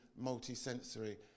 multi-sensory